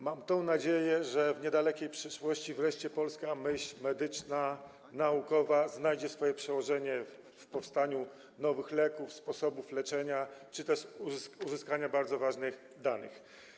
Mam nadzieję, że w niedalekiej przyszłości wreszcie polska myśl medyczna, naukowa znajdzie swoje przełożenie na powstanie nowych leków, znalezienie nowych sposobów leczenia czy też uzyskanie bardzo ważnych danych.